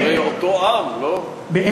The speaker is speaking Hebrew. הרי הם אותו עם, לא?